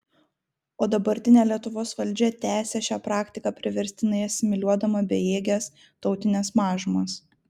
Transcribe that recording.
o dabartinė lietuvos valdžia tęsia šią praktiką priverstinai asimiliuodama bejėges tautines mažumas